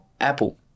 Apple